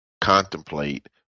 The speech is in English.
contemplate